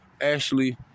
Ashley